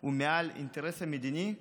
הוא מעל האינטרס המדיני,